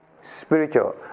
spiritual